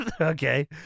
Okay